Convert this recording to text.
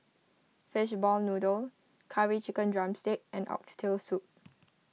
Fishball Noodle Curry Chicken Drumstick and Oxtail Soup